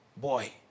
boy